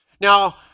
Now